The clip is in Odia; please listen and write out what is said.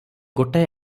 ଗୋଟାଏ